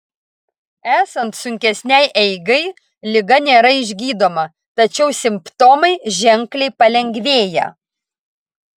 esant sunkesnei eigai liga nėra išgydoma tačiau simptomai ženkliai palengvėja